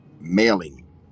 mailing